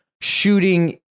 shooting